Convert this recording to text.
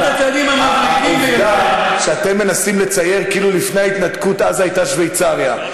העובדה שאתם מנסים לצייר כאילו לפני ההתנתקות עזה הייתה שוויצריה,